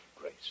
Grace